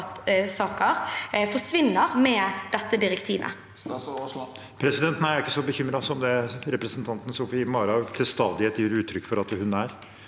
forsvinner med dette direktivet?